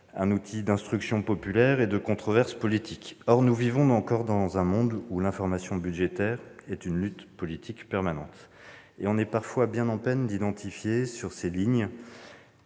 un outil d'instruction populaire et de controverse politique. Or nous vivons encore dans un monde où l'information budgétaire est une lutte politique permanente. Et l'on est parfois bien en peine d'identifier sur ces lignes